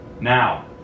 now